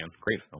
Great